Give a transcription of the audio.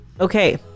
Okay